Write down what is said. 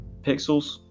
pixels